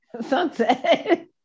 sunset